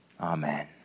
Amen